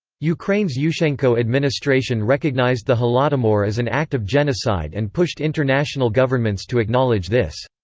ukraine's yuschenko administration recognized the holodomor as an act of genocide and pushed international governments to acknowledge this.